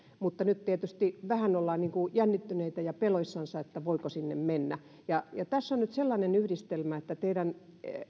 mutta nyt tietysti vähän ollaan jännittyneitä ja peloissaan että voiko sinne mennä tässä on nyt sellainen yhdistelmä että teidän